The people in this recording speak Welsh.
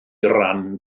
ran